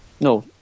No